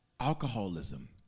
Alcoholism